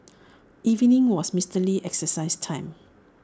evening was Mister Lee's exercise time